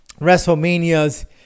Wrestlemania's